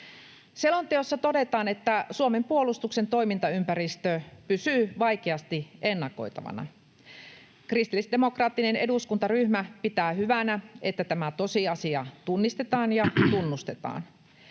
Selonteossa todetaan, että Suomen puolustuksen toimintaympäristö pysyy vaikeasti ennakoitavana. Kristillisdemokraattinen eduskuntaryhmä pitää hyvänä, että tämä tosiasia tunnistetaan ja tunnustetaan.